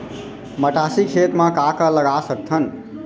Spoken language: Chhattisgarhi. मटासी खेत म का का लगा सकथन?